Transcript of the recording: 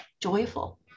joyful